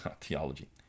theology